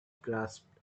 grasped